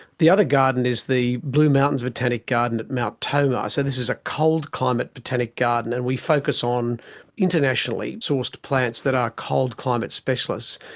the other garden is the blue mountains botanic garden at mount tomah, so this is a cold climate botanic garden, and we focus on internationally sourced plants that are cold climate specialists.